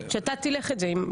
בסדר.